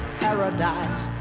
paradise